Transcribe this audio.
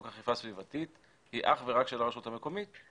אכיפה סביבתית היא אך ורק של הרשות המקומית.